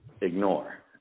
ignore